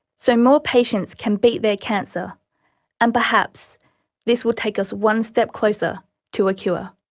so more patients can beat their cancer and perhaps this will take us one step closer to a cure.